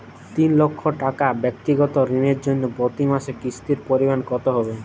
তিন লক্ষ টাকা ব্যাক্তিগত ঋণের জন্য প্রতি মাসে কিস্তির পরিমাণ কত হবে?